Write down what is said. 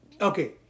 Okay